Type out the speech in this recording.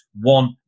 one